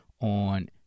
on